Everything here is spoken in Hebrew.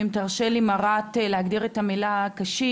אם תרשה לי מרט להגדיר את המילה "קשים",